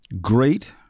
great